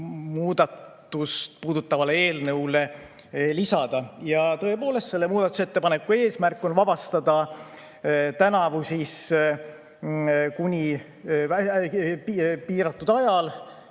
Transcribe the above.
muudatust puudutavale eelnõule lisada. Tõepoolest, selle muudatusettepaneku eesmärk on vabastada tulumaksust tänavu piiratud ajal